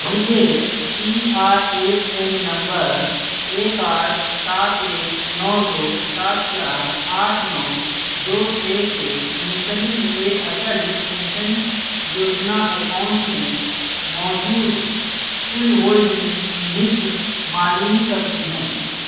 مجھے P R A N number ایک آٹھ سات ایک نو دو سات چار آٹھ نو دو چھ سے منسلک میرے اٹل پینشن یوجنا اکاؤنٹ میں موجود کل ہولنگز معلوم کرنی ہیں